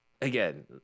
Again